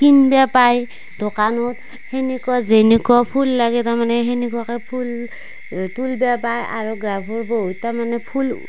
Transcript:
কিনিব পাই দোকানত তেনেকুৱা যেনেকুৱা ফুল লাগে তাৰমানে তেনেকুৱাকে ফুল তুলিব পাই আৰু গ্ৰাফৰ বহীত তাৰমানে ফুল